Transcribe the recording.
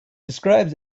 describes